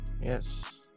Yes